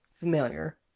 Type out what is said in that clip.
familiar